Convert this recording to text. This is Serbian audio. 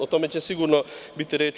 O tome će sigurno biti reči.